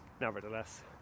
nevertheless